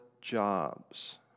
jobs